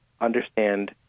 understand